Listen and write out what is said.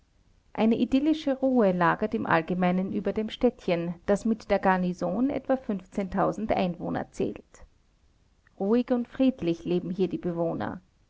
eine idillysche ruhe lagert im allgemeinen über dem städtchen das mit der garnison etwa einwohner zählt ruhig und friedlich leben hier die bewohner